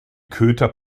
köter